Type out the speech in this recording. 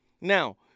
Now